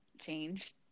changed